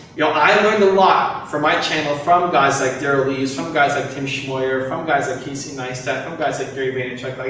you all, i learned a lot for my channel from guys like darrel eves, from guys like tim schmoyer, from guys like casey neistat, from guys like gary vaynerchuk.